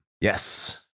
Yes